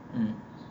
mm